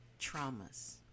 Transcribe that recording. traumas